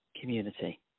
community